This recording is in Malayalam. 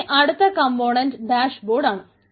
ഇനി അടുത്ത കംപോണൻറ് ഡാഷ്ബോർഡ് ആണ്